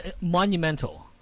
Monumental